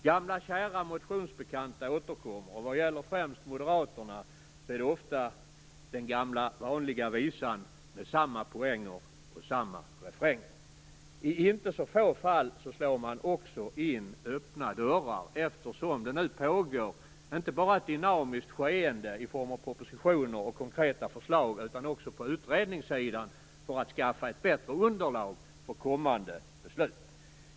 Gamla kära motionsbekanta återkommer. Vad gäller främst moderaterna är det ofta den gamla visan med samma poänger och samma refränger. I inte så få fall slår man också in öppna dörrar, eftersom det nu pågår inte bara ett dynamiskt skeende i form av propositioner och konkreta förslag utan också på utredningssidan för att skaffa ett bättre underlag för kommande beslut.